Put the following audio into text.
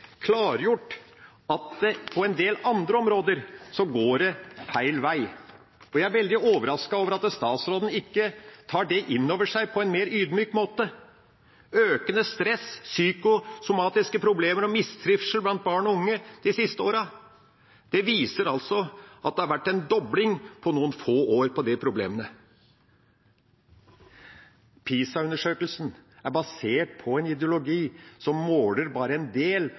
klargjort at det på en del andre områder går feil vei, og jeg veldig overrasket over at statsråden ikke tar det inn over seg på en mer ydmyk måte. Økende stress, psykosomatiske problemer og mistrivsel blant barn og unge de siste årene viser at det har vært en dobling av de problemene på noen få år. PISA-undersøkelsen er basert på en ideologi som måler bare en del